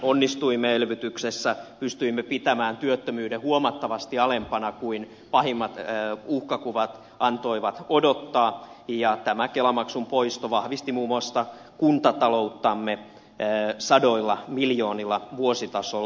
onnistuimme elvytyksessä pystyimme pitämään työttömyyden huomattavasti alempana kuin pahimmat uhkakuvat antoivat odottaa ja tämä kelamaksun poisto vahvisti muun muassa kuntatalouttamme sadoilla miljoonilla vuositasolla